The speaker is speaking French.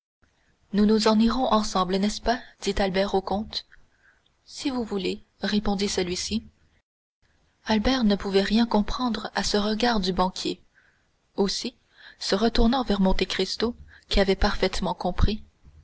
nous nous en irons ensemble n'est-ce pas dit albert au comte oui si vous voulez répondit celui-ci albert ne pouvait rien comprendre à ce regard du banquier aussi se retournant vers monte cristo qui avait parfaitement compris